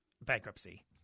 bankruptcy